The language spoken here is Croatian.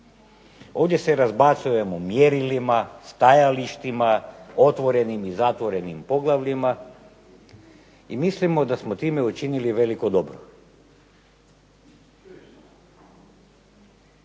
Ovdje se razbacujemo mjerilima, stajalištima, otvorenim i zatvorenim poglavljima i mislimo da smo time učinili veliko dobro.